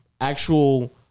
actual